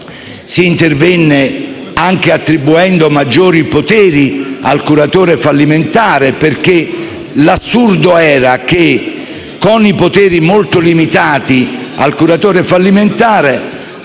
si intervenne anche attribuendo maggiori poteri al curatore fallimentare. L'assurdo era che, con i poteri molto limitati del curatore fallimentare,